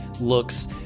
looks